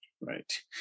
right